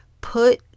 Put